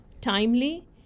timely